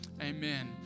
amen